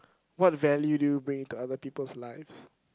what value do you bring into other people's lives